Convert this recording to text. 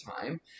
time